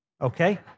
Okay